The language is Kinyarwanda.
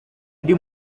undi